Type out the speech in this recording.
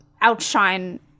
outshine